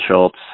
schultz